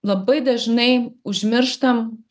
labai dažnai užmirštam